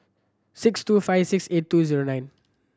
six two five six eight two zero nine